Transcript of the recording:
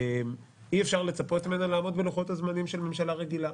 אי-אפשר לצפות ממנה לעמוד בלוחות-הזמנים של ממשלה רגילה.